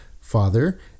father